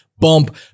bump